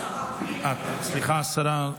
השרה,